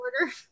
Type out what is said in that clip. order